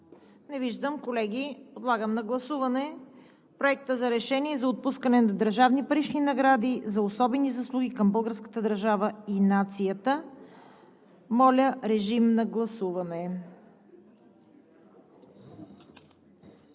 Не виждам. Колеги, подлагам на гласуване Проекта на решение за отпускане на държавни парични награди за особени заслуги към българската държава и нацията. Гласували